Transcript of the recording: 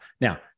Now